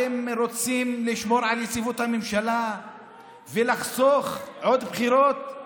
אתם רוצים לשמור על יציבות הממשלה ולחסוך עוד בחירות?